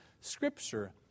Scripture